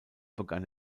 begann